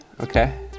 okay